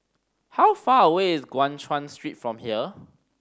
how far away is Guan Chuan Street from here